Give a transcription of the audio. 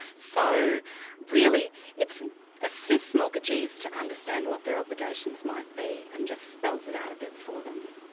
so really it's assist mortgagees to understand what their obligations might be, and just spells it out a bit for them.